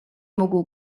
mógł